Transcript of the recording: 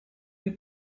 que